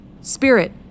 Spirit